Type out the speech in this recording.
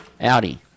Audi